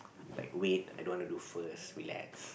like wait I don't want to do first relax